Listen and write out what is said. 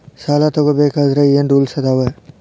ಸಾಲ ತಗೋ ಬೇಕಾದ್ರೆ ಏನ್ ರೂಲ್ಸ್ ಅದಾವ?